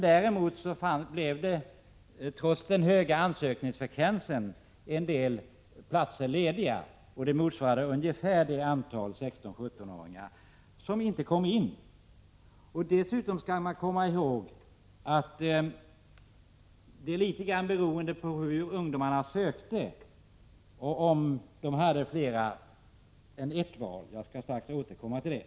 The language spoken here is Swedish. Däremot blev det, trots den höga ansökningsfrekvensen, en del platser lediga, vilka ungefär motsvarade det antal 16-17-åringar som inte kom in i gymnasieskolan. Dessutom skall man komma ihåg att detta litet grand hade att göra med hur ungdomarna sökte — om de hade gjort fler än ett val. Jag skall strax återkomma till detta.